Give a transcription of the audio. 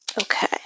okay